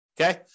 Okay